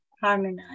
harmonize